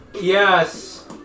Yes